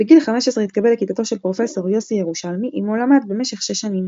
בגיל 15 התקבל לכיתתו של פרופ' יוסי ירושלמי עמו למד במשך שש שנים.